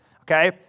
okay